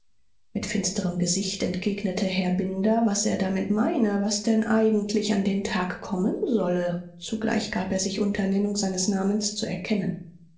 mit finsterem gesicht entgegnete herr binder was er damit meine was denn eigentlich an den tag kommen solle zugleich gab er sich unter nennung seines namens zu erkennen